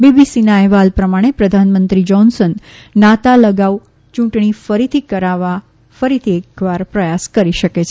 બીબીસીના અહેવાલ પ્રમાણે પ્રધાનમંત્રી જોન્સન નાતાલ અગાઉ યુંટણી કરાવવા ફરીથી પ્રયાસ કરી શકે છે